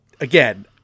again